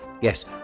Yes